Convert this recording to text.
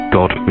God